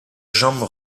jambe